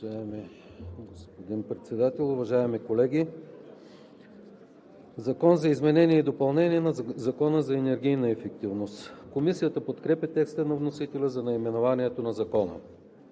Уважаеми господин Председател, уважаеми колеги! „Закон за изменение и допълнение на Закона за енергийната ефективност“. Комисията подкрепя текста на вносителя за наименованието на Закона.